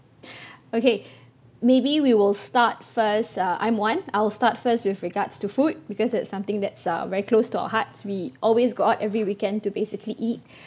okay maybe we will start first uh I'm Wan I'll start first with regards to food because it's something that's uh very close to our hearts we always go out every weekend to basically eat